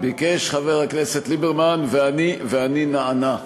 ביקש חבר הכנסת ליברמן, ואני נענה.